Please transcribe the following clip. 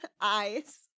eyes